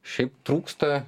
šiaip trūksta